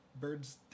Birds